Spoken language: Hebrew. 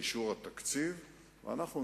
ואם